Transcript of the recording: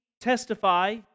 testify